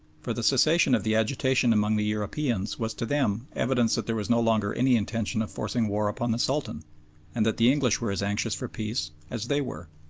for the cessation of the agitation among the europeans was to them evidence that there was no longer any intention of forcing war upon the sultan and that the english were as anxious for peace as they were.